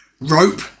rope